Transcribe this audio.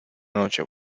noche